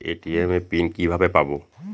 ATM PIN কিভাবে পাবো?